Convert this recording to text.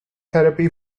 therapy